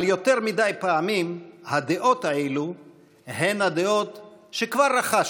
אבל יותר מדי פעמים הדעות האלה הן הדעות שכבר רכשנו,